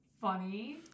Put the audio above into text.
funny